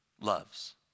loves